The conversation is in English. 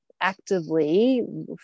actively